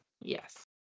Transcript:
Yes